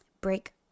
break